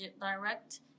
direct